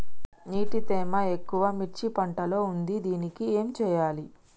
నీటి తేమ ఎక్కువ మిర్చి పంట లో ఉంది దీనికి ఏం చేయాలి?